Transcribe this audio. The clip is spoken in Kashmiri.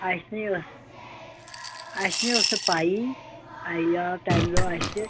اسہِ نٔے ٲس اسہِ نٔے ٲس نہٕ پَیی ٲں یہِ آو تَمہِ دۄہ اسہِ